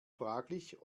fraglich